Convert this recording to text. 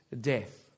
death